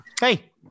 Hey